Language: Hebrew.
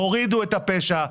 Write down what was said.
הורידו את הפשע,